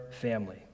family